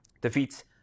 defeats